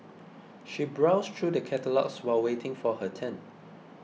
she browsed through the catalogues while waiting for her turn